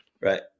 right